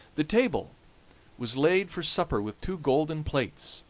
the table was laid for supper with two golden plates,